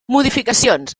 modificacions